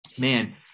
man